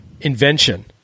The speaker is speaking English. invention